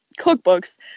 cookbooks